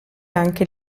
anche